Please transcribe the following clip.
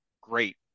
Great